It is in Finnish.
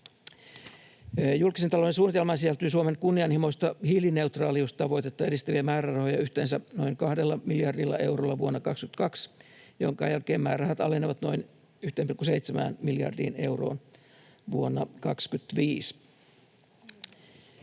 Julkisen talouden suunnitelmaan sisältyy Suomen kunnianhimoista hiilineutraaliustavoitetta edistäviä määrärahoja yhteensä noin 2 miljardia euroa vuonna 22, jonka jälkeen määrärahat alenevat noin 1,7 miljardiin euroon vuonna 25.